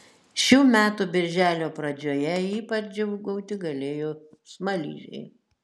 šių metų birželio pradžioje ypač džiūgauti galėjo smaližiai